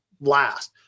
last